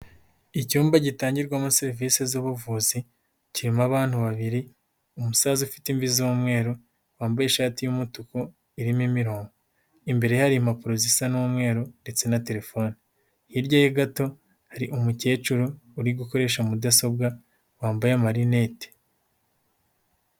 Icyumba gitangirwamo serivisi z'ubuvuzi, kirimo abantu babiri, umusaza ufite imvi z'umweru, wambaye ishati y'umutuku irimo imirongo, imbere hari impapuro zisa n'umweru ndetse na terefone, hirya ye gato hari umukecuru uri gukoresha mudasobwa wambaye amarinete.